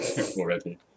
already